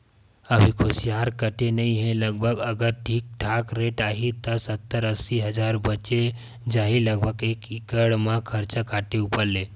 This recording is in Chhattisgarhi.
अभी कुसियार कटे नइ हे लगभग अगर ठीक ठाक रेट आही त सत्तर अस्सी हजार बचें जाही लगभग एकड़ म खरचा काटे ऊपर ले